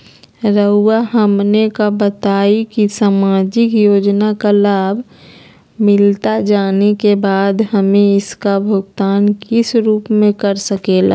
रहुआ हमने का बताएं की समाजिक योजना का लाभ मिलता जाने के बाद हमें इसका भुगतान किस रूप में कर सके ला?